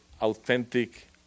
authentic